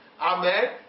Amen